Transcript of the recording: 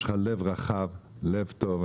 יש לך לב רחב, לב טוב.